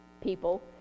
people